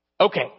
Okay